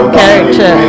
character